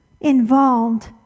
involved